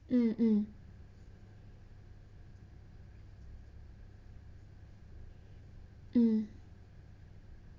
mmhmm